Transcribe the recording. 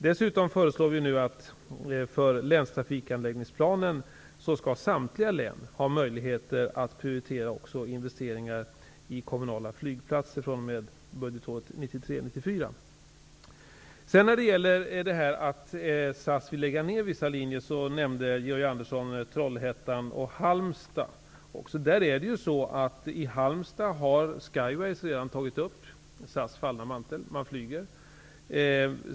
Dessutom föreslår vi att samtliga län för länstrafikanläggningsplanen skall ha möjligheter att prioritera även investeringar i kommunala flygplatser från och med budgetåret 1993/94. När det sedan gäller att SAS vill lägga ned vissa linjer nämnde Georg Andersson Trollhättan och Halmstad. I Halmstad har Skyways redan tagit upp SAS fallna mantel och startat flygtrafik.